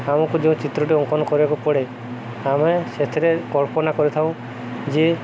ଆମକୁ ଯେଉଁ ଚିତ୍ରଟି ଅଙ୍କନ କରିବାକୁ ପଡ଼େ ଆମେ ସେଥିରେ କଳ୍ପନା କରିଥାଉ ଯେ